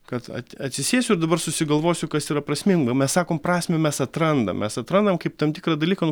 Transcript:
kad at atsisėsiu ir dabar susigalvosiu kas yra prasminga mes sakom prasmę mes atrandam mes atrandam kaip tam tikrą dalyką